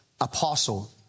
apostle